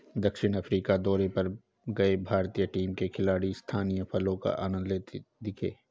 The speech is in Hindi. दक्षिण अफ्रीका दौरे पर गए भारतीय टीम के खिलाड़ी स्थानीय फलों का आनंद लेते दिखे